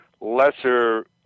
lesser